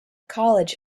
college